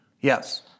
Yes